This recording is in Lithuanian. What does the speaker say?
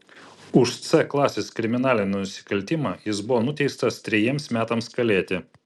už c klasės kriminalinį nusikaltimą jis buvo nuteistas trejiems metams kalėti